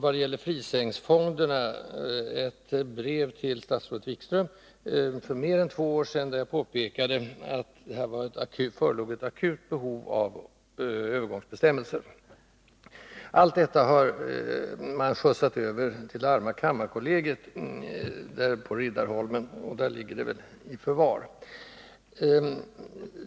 Vad gäller frisängsfonderna skrev jag för mer än två år sedan ett brev till statsrådet Wikström, där jag påpekade att det förelåg ett akut behov av övergångsbestämmelser. Allt detta har man skjutsat över till det arma kammarkollegiet på Riddarholmen, och där ligger det väl i förvar.